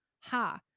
Ha